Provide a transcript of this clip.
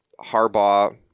Harbaugh